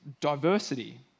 Diversity